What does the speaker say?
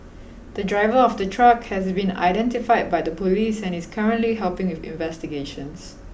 the driver of the truck has been identified by the police and is currently helping with investigations